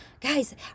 Guys